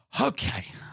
okay